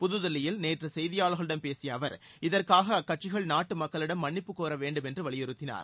புதுதில்லியில் நேற்று செய்தியாளர்களிடம் பேசிய அவர் இதற்காக அக்கட்சிகள் நாட்டு மக்களிடம் மன்னிப்பு கோர வேண்டும் என்று வலியுறுத்தினார்